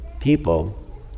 people